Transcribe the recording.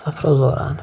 سفرَس دوران